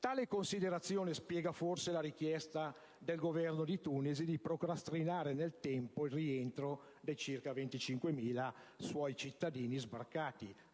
Tale considerazione spiega forse la richiesta del Governo di Tunisi di procrastinare nel tempo il rientro dei circa 25.000 suoi cittadini sbarcati